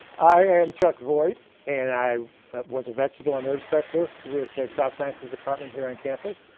i am chuck voigt, and i was a vegetable and herb specialist with crop sciences department here on campus.